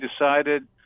decided